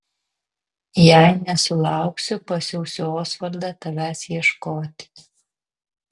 jei nesulauksiu pasiųsiu osvaldą tavęs ieškoti